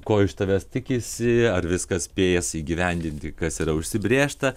ko iš tavęs tikisi ar viską spėsi įgyvendinti kas yra užsibrėžta